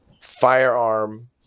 firearm